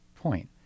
point